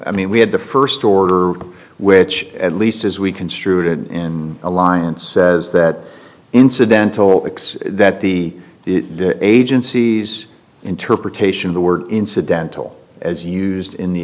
i mean we had the first order which at least as we construed in alliance says that incidental that the the agencies interpretation the word incidental as used in the